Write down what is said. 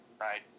Right